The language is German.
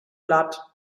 platt